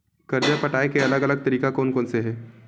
कर्जा पटाये के अलग अलग तरीका कोन कोन से हे?